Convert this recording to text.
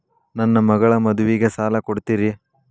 ನನ್ನ ಮಗಳ ಮದುವಿಗೆ ಸಾಲ ಕೊಡ್ತೇರಿ?